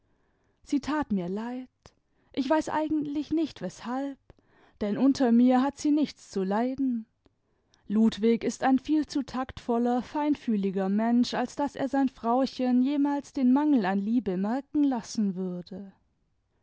sie tat mir leid ich weiß eigentlich nichts weshalb denn unter mir hat sie nichts zu leiden ludwig ist ein viel zu taktvoller feinfühliger mensch als daß er sein frauchen jemals den mangel an liebe merken lassen würde